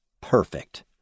perfect